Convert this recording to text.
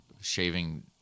shaving